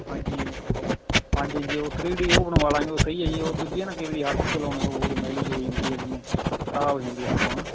ਹਾਂਜੀ ਹਾਂਜੀ ਹਾਂਜੀ ਉਹ ਥ੍ਰੀ ਡੀ ਉਹ ਬਣਵਾਲਾਂਗੇ ਉਹ ਸਹੀ ਹੈ ਉਹ ਦੂਜੀਆਂ ਨਾ ਕਈ ਵਾਰ ਹੱਥ ਹੁੱਥ ਲਗਾਉਣੇ ਹੋਰ ਮੈਲੀ ਜਿਹੀ ਹੋ ਜਾਂਦੀ ਹੈ ਜਿਵੇਂ ਖਰਾਬ ਹੋ ਜਾਂਦੀਆਂ ਫੋਟੋਆਂ